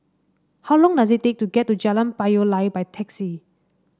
how long does it take to get to Jalan Payoh Lai by taxi